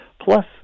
Plus